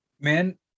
Man